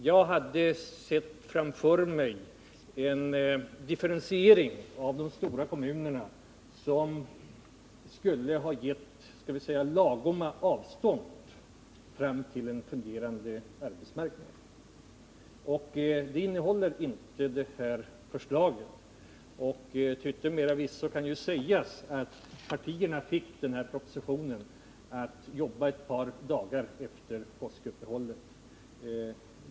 Jag såg framför mig en differentiering av de stora kommunerna som skulle ha givit lagom långa avstånd fram till en fungerande arbetsmarknad. Det innehåller inte det här förslaget. Till yttermera visso kan sägas att partierna fick den här propositionen att jobba med ett par dagar efter påskuppehållet.